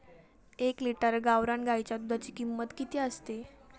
एक लिटर गावरान गाईच्या दुधाची किंमत किती असते?